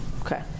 Okay